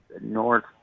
north